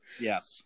yes